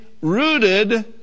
rooted